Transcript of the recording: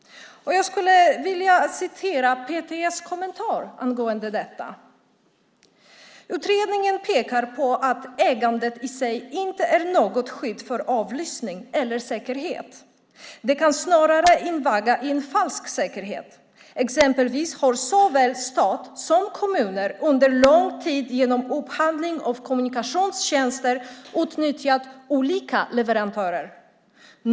Jag ska citera PTS kommentar angående detta. Man säger: "Utredningen pekar på att ägandet i sig inte är något skydd för avlyssning eller säkerhet. Det kan snarare invagga i en falsk säkerhet. Exempelvis har såväl stat som kommuner under lång tid genom upphandling av kommunikationstjänster utnyttjat olika leverantörer.